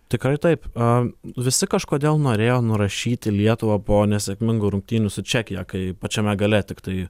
tikrai taip a visi kažkodėl norėjo nurašyti lietuvą po nesėkmingų rungtynių su čekija kai pačiame gale tiktai